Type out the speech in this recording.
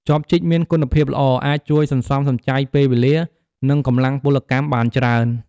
ចបជីកមានគុណភាពល្អ អាចជួយសន្សំសំចៃពេលវេលា និងកម្លាំងពលកម្មបានច្រើន។